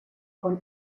con